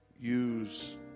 use